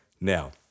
Now